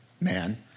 man